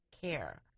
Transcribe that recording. care